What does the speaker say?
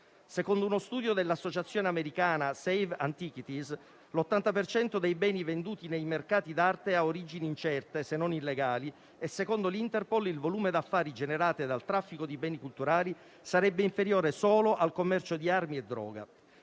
Secondo uno studio dell'associazione americana Save antiquities, l'80 per cento dei beni venduti nei mercati d'arte ha origini incerte, se non illegali, e secondo l'Interpol il volume d'affari generato dal traffico di beni culturali sarebbe inferiore solo al commercio di armi e droga.